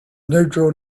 neural